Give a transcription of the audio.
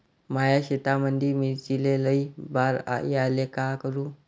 माया शेतामंदी मिर्चीले लई बार यायले का करू?